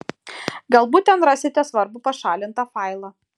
galbūt ten rasite svarbų pašalintą failą